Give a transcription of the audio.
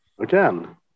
Again